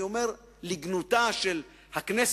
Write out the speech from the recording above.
אני אומר לגנותה של הכנסת,